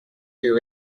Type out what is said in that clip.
que